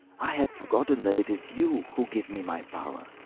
i had forgotten that it is you who give me my power.